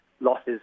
losses